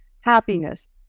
happiness